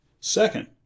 Second